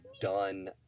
done